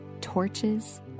torches